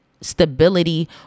stability